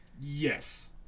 Yes